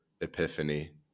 epiphany